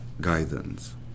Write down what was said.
guidance